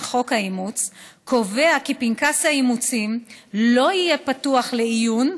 קובע כי פנקס האימוצים לא יהיה פתוח לעיון,